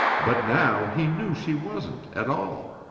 but now he knew she wasn't at all.